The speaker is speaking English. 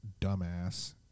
dumbass